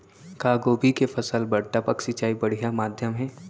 का गोभी के फसल बर टपक सिंचाई बढ़िया माधयम हे?